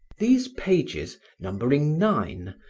these pages, numbering nine,